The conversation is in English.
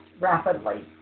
rapidly